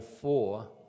four